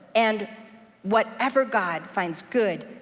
and whatever god finds good,